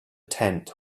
tent